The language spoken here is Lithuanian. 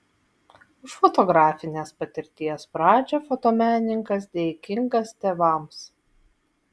už fotografinės patirties pradžią fotomenininkas dėkingas tėvams